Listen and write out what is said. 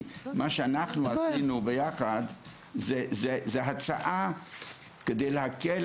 כי מה שעשינו ביחד זאת הצעה כדי להקל